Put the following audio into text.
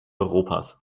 europas